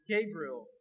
Gabriel